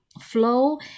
flow